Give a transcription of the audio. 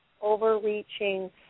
overreaching